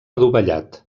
adovellat